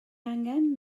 angen